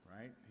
right